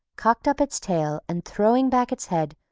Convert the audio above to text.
cocked up its tail, and throwing back its head,